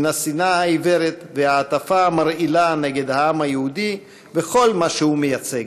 מן השנאה העיוורת וההטפה המרעילה נגד העם היהודי וכל מה שהוא מייצג.